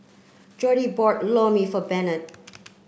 Jordi bought Lor Mee for Bennett